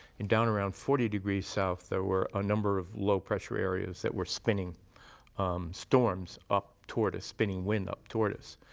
and down around forty degrees south, there were a number of low pressure areas that were spinning storms up toward us, spinning wind up toward us.